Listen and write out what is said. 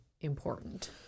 important